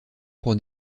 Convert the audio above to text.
pour